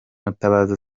mutabazi